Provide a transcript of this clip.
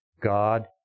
God